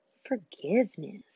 Forgiveness